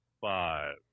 five